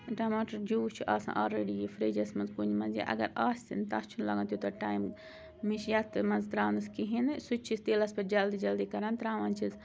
ٹَماٹر جوٗس چھُ آسان آلریڈی فرجَس منٛز کُنہِ منٛز یا اَگر آسن تَتھ چھُ نہٕ لَگان تیوٗتاہ ٹایم مےٚ چھِ یَتھ منٛز تراونَس کِہیٖنۍ سُہ تہِ چھِس تیٖلَس پٮ۪ٹھ جلدی جلدی کَران تراوان چھِس